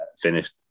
finished